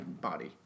body